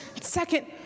Second